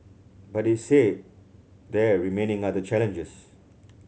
but he said there remain other challenges